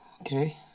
okay